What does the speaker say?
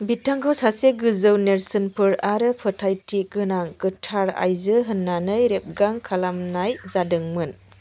बिथांखौ सासे गोजौ नेरसोनफोर आरो फोथायथि गोनां गोथार आइजो होननानै रेबगां खालामनाय जादोंमोन